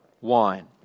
wine